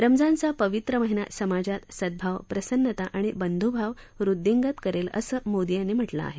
रमजानचा पवित्रा महिना समाजात सदभाव प्रसन्नता आणि बंधूभाव वुद्धींगत करेल असं मोदी यांनी म्हटलं आहे